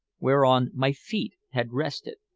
whereon my feet had rested.